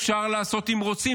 אפשר לעשות אם רוצים.